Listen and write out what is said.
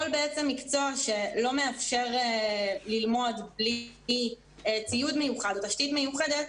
כל מקצוע שלא מאפשר ללמוד בלי ציוד מיוחד או תשתית מיוחדת,